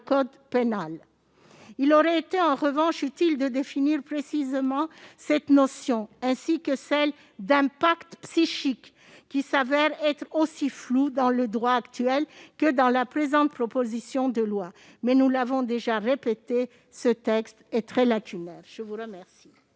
code pénal. Il aurait en revanche été utile de définir précisément cette notion, ainsi que celle d'impact psychique, qui s'avère aussi floue dans le droit actuel que dans la présente proposition de loi. Comme nous l'avons déjà répété, ce texte est très lacunaire. La parole